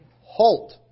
halt